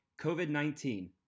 COVID-19